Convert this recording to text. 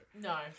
No